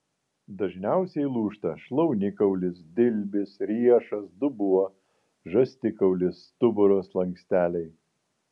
dažniausiai lūžta šlaunikaulis dilbis riešas dubuo žastikaulis stuburo slanksteliai